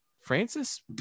Francis